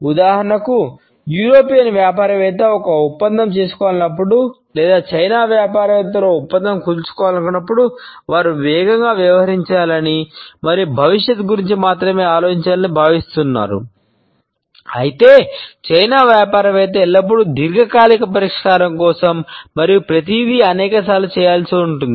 ఉదాహరణకు యూరోపియన్ వ్యాపారవేత్త ఎల్లప్పుడూ దీర్ఘకాలిక పరిష్కారం కోసం మరియు ప్రతిదీ అనేకసార్లు చేయవలసి ఉంటుంది